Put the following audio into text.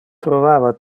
trovava